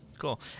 Cool